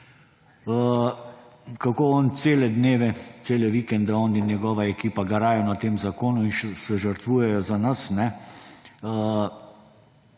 kako on cele vikende, on in njegova ekipa, garajo na tem zakonu in se žrtvujejo za nas